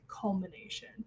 culmination